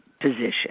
Position